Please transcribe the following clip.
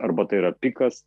arba tai yra pikas